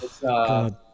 God